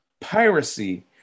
piracy